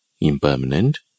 impermanent